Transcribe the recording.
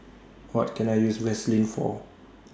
What Can I use Vaselin For